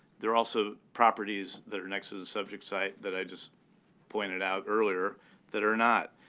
there are also properties that are next to the subject site that i just pointed out earlier that are not.